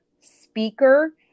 speaker